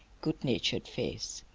good-natured face.